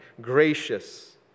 gracious